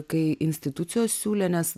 kai institucijos siūlė nes